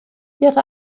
ihre